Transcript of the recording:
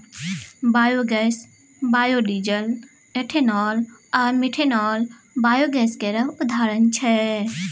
biogas, biodiesel, ethanol आ methanol biogas केर उदाहरण छै